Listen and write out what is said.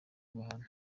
kubahana